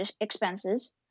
expenses